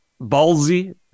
ballsy